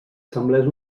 semblés